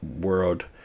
world